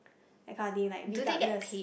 like that kind of thing like regardless